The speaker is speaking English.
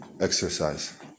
exercise